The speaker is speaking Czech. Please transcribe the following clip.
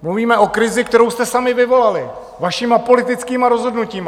Mluvíme o krizi, kterou jste sami vyvolali vašimi politickými rozhodnutími.